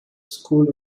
school